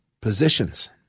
positions